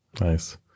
Nice